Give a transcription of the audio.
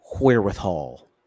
wherewithal